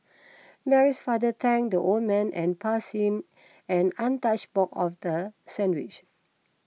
Mary's father thanked the old man and passed him an untouched box of the sandwiches